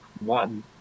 one